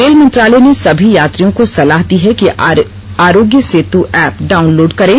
rail मंत्रालय ने सभी यात्रियों को सलाह दी है कि आरोग्य सेतु ऐप डाउनलोड करें